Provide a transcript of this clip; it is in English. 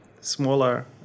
smaller